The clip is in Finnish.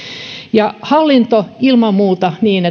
ja hallinto ilman muuta niin